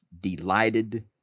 delighted